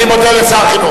אני מודה לשר החינוך.